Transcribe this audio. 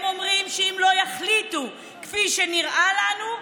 הם אומרים: אם לא יחליטו כפי שנראה לנו,